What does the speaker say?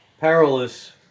perilous